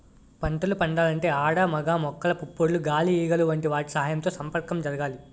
పంటలు పండాలంటే ఆడ మగ మొక్కల పుప్పొడులు గాలి ఈగలు వంటి వాటి సహాయంతో సంపర్కం జరగాలి